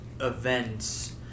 events